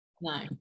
no